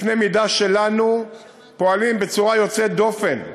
בקנה-מידה שלנו פועלים בצורה יוצאת דופן.